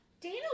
Dana